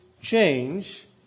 change